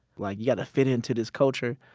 like you gotta fit into this culture.